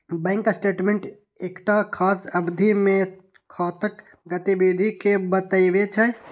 bank statement एकटा खास अवधि मे खाताक गतिविधि कें बतबै छै